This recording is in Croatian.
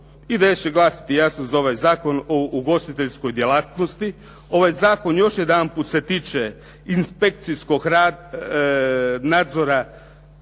IDS će glasati jasno za ovaj Zakon o ugostiteljskoj djelatnosti. Ovaj zakon još jedanput se tiče inspekcijskog nadzora